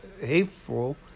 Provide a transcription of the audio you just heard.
hateful